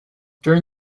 during